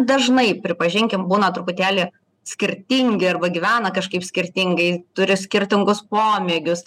dažnai pripažinkim būna truputėlį skirtingi arba gyvena kažkaip skirtingai turi skirtingus pomėgius